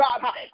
God